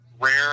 rare